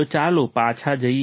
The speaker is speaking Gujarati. તો ચાલો પાછા જઈએ